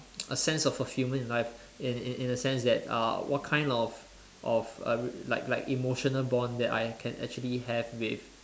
a sense of fulfilment in life in in in a sense that uh what kind of of uh like like emotional bond that I can actually have with